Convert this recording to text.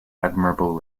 admirable